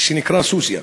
שנקרא סוסיא.